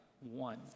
one